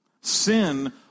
Sin